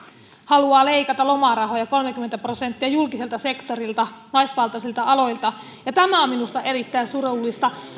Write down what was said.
haluaa leikata lomarahoja kolmekymmentä prosenttia julkiselta sektorilta naisvaltaisilta aloilta tämä on minusta erittäin surullista